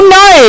no